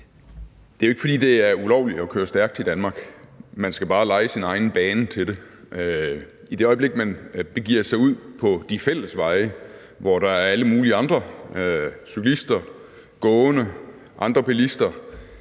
Det er jo ikke, fordi det er ulovligt at køre stærkt i Danmark, man skal bare leje sin egen bane til det. I det øjeblik man begiver sig ud på de fælles veje, hvor der er alle mulige andre trafikanter, cyklister, gående og andre bilister,